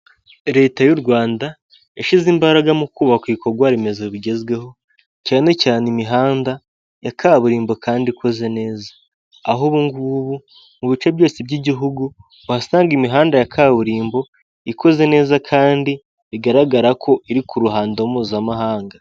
leta y'u Rwanda yashyize imbaraga mu kubaka ibikorwa remezo bigezweho cyane cyane imihanda ya kaburimbo kandi ikoze neza, aho ubu ngubu mu bice byose by'igihugu wahasanga imihanda ya kaburimbo ikoze neza kandi bigaragara ko iri ku ruhando mpuzamahanga.